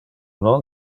non